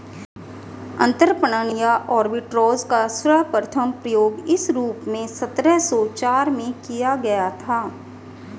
अंतरपणन या आर्बिट्राज का सर्वप्रथम प्रयोग इस रूप में सत्रह सौ चार में किया गया था